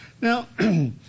Now